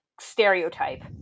stereotype